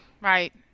Right